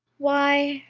why,